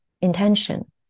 intention